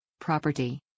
Property